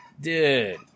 dude